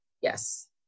Yes